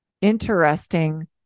interesting